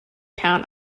town